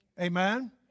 Amen